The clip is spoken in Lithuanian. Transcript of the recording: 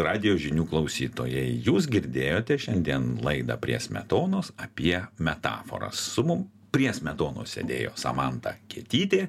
radijo žinių klausytojai jūs girdėjote šiandien laidą prie smetonos apie metaforas su mum prie smetonos sėdėjo samanta kietytė